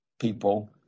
people